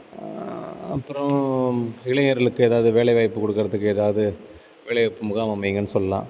அப்பறம் இளைஞர்களுக்கு எதாவது வேலை வாய்ப்பு கொடுக்கறத்துக்கு எதாவது வேலை வாய்ப்பு முகாம் அமைங்கன்னு சொல்லலாம்